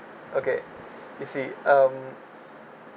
okay you see um